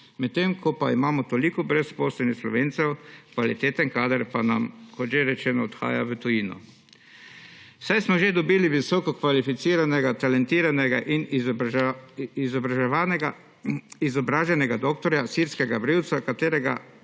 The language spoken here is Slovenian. medtem pa imamo toliko brezposelnih Slovencev, kvaliteten kader pa nam, kot že rečeno, odhaja v tujino. Saj smo že dobili visoko kvalificiranega, talentiranega in izobraženega doktorja, sirskega brivca, ki